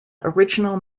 original